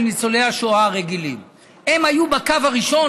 ניצולי השואה הרגילים הם היו בקו הראשון,